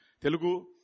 Telugu